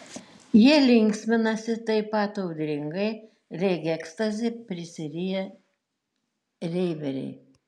jie linksminasi taip pat audringai lyg ekstazi prisiriję reiveriai